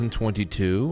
2022